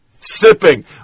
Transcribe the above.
sipping